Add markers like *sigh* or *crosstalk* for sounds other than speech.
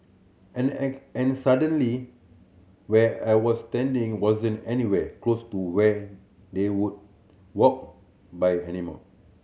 and *unintelligible* and suddenly where I was standing wasn't anywhere close to where they would walk by anymore